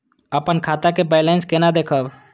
हम अपन खाता के बैलेंस केना देखब?